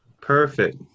perfect